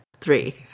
three